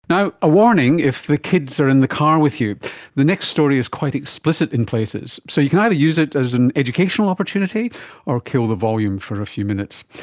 now, a warning if the kids are in the car with you the next story is quite explicit in places. so you can either use it as an educational opportunity or kill the volume for a few minutes.